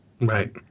Right